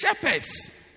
shepherds